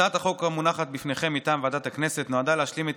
הצעת החוק המונחת בפניכם מטעם ועדת הכנסת נועדה להשלים את